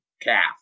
calf